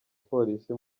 polisi